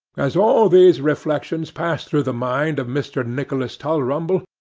as all these reflections passed through the mind of mr. nicholas tulrumble,